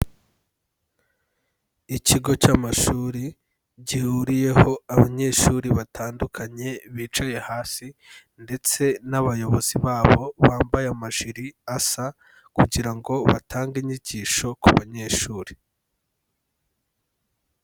Ikigo cy'amashuri gihuriyeho abanyeshuri batandukanye, bicaye hasi ndetse n'abayobozi babo bambaye amajiri asa, kugira ngo batange inyigisho ku banyeshuri.